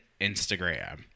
Instagram